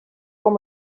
com